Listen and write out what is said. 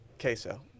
queso